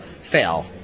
fail